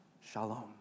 shalom